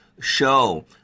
show